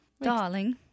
Darling